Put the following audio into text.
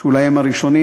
שאולי הם הראשונים,